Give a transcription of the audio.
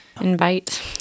Invite